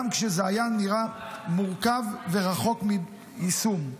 גם כשזה היה נראה מורכב ורחוק מיישום.